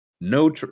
No